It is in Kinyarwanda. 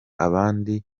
abandi